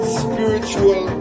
spiritual